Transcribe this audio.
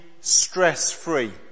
stress-free